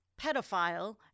pedophile